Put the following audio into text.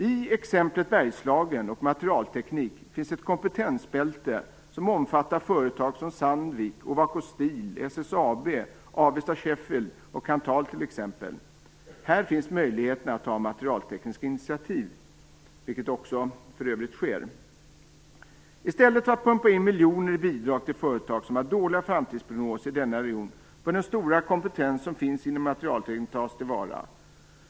I exemplet Bergslagen och materialteknik finns ett kompetensbälte som omfattar företag som t.ex. Sandvik, Här finns möjligheten att ta materialtekniska initiativ, vilket också för övrigt sker. I stället för att pumpa in miljoner i bidrag till företag som har dåliga framtisprognoser i denna region bör den stora kompetens som finns inom materialtekniken tas till vara.